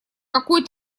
какой